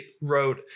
wrote